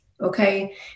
Okay